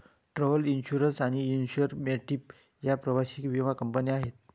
travel insurance आणि Insure My Trip या प्रवासी विमा कंपन्या आहेत